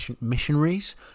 missionaries